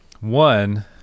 one